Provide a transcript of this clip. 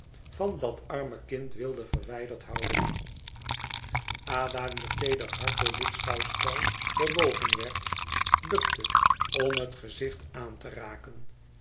van dat arme kind wilde verwijderd houden ada wier teeder hart door dit schouwspel bewogen werd bukte om het gezichtje aan te raken